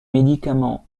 médicaments